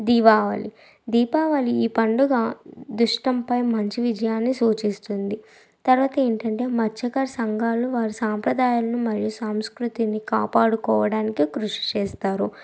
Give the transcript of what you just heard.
దివాళి దీపావళి ఈ పండుగ దుష్టంపై మంచి విజయాన్ని సూచిస్తుంది తర్వాత ఏంటంటే మత్స్యకారు సంఘాలు వారి సాంప్రదాయాలను మరి సంస్కృతిని కాపాడుకోవడానికి కృషి చేస్తారు